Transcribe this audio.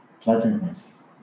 pleasantness